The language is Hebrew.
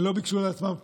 הם לא ביקשו לעצמם טובות.